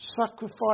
sacrifice